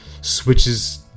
switches